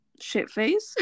Shitface